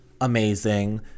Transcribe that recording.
amazing